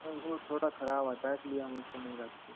हाँ वो थोड़ा ख़राब होता है इस लिए हम उसको नहीं रखते